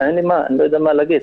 אני לא יודע מה להגיד.